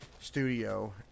studio